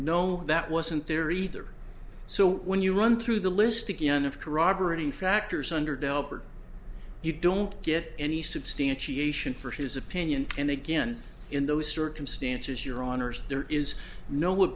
no that wasn't there either so when you run through the list again of corroborating factors under delver you don't get any substantiation for his opinion and again in those circumstances your honour's there is no